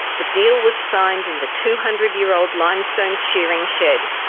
the deal was signed in the two hundred year old limestone shearing shed.